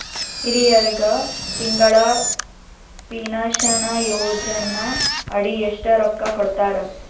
ಹಿರಿಯರಗ ತಿಂಗಳ ಪೀನಷನಯೋಜನ ಅಡಿ ಎಷ್ಟ ರೊಕ್ಕ ಕೊಡತಾರ?